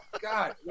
God